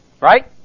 Right